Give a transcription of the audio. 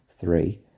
Three